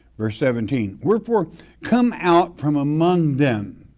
verse seventeen, wherefore come out from among them